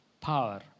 power